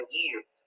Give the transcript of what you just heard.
years